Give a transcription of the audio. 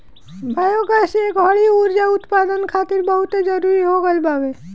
biogas ए घड़ी उर्जा उत्पदान खातिर बहुते जरुरी हो गईल बावे